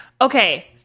Okay